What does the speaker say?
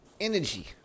energy